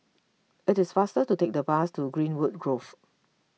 it is faster to take the bus to Greenwood Grove